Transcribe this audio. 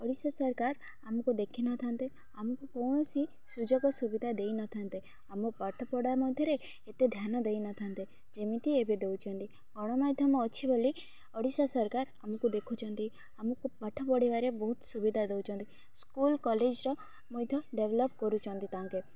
ଓଡ଼ିଶା ସରକାର ଆମକୁ ଦେଖିନଥାନ୍ତେ ଆମକୁ କୌଣସି ସୁଯୋଗ ସୁବିଧା ଦେଇନଥାନ୍ତେ ଆମ ପାଠପଢ଼ା ମଧ୍ୟରେ ଏତେ ଧ୍ୟାନ ଦେଇନଥାନ୍ତେ ଯେମିତି ଏବେ ଦେଉଛନ୍ତି ଗଣମାଧ୍ୟମ ଅଛି ବୋଲି ଓଡ଼ିଶା ସରକାର ଆମକୁ ଦେଖୁଛନ୍ତି ଆମକୁ ପାଠ ପଢ଼ିବାରେ ବହୁତ ସୁବିଧା ଦେଉଛନ୍ତି ସ୍କୁଲ କଲେଜର ମଧ୍ୟ ଡେଭେଲପ୍ କରୁଛନ୍ତି ତାଙ୍କେ